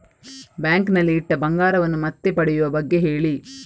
bank ನಲ್ಲಿ ಇಟ್ಟ ಬಂಗಾರವನ್ನು ಮತ್ತೆ ಪಡೆಯುವ ಬಗ್ಗೆ ಹೇಳಿ